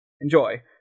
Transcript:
enjoy